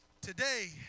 today